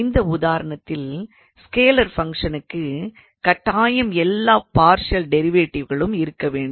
இந்த உதாரணத்தில் ஸ்கேலார் ஃபங்க்ஷனுக்கு கட்டாயம் எல்லா பார்ஷியல் டிரைவேட்டிவ்களும் இருக்க வேண்டும்